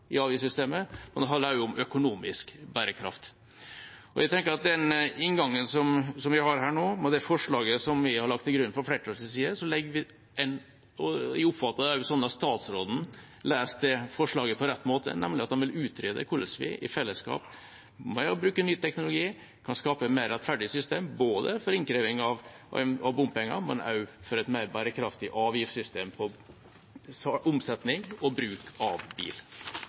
økonomisk bærekraft. Jeg tenker at vi med den inngangen som vi har her nå, med det forslaget som vi har lagt til grunn fra flertallets side – jeg oppfatter også at statsråden leser det forslaget på rett måte, nemlig at han vil utrede hvordan vi i fellesskap kan bruke ny teknologi – kan skape et mer rettferdig system både for innkreving av bompenger og for et mer bærekraftig avgiftssystem for omsetning og bruk av bil.